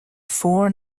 four